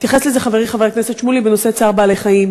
התייחס לזה חברי חבר הכנסת שמולי בנושא צער בעלי-חיים.